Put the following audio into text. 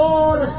Lord